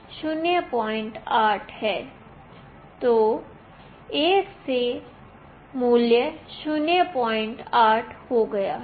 तो 1 से मान 08 हो गया है